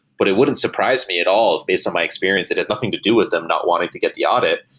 but it wouldn't surprise me at all based on my experience it has nothing to do with them not wanting to get the audit,